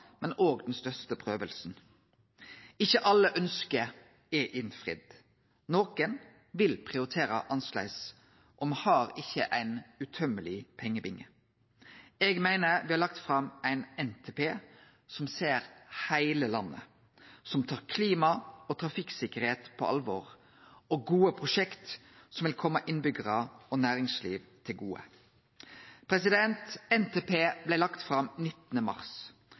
men òg den største prøvinga. Ikkje alle ønske er innfridde, nokon vil prioritere annleis, og me har ikkje ein utømmeleg pengebinge. Eg meiner me har lagt fram ein NTP som ser heile landet, som tar klima og trafikksikkerheit på alvor, med gode prosjekt som vil kome innbyggjarar og næringsliv til gode. NTP vart lagd fram den 19. mars.